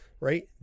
Right